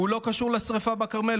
הוא לא קשור לשרפה בכרמל,